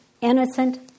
innocent